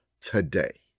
today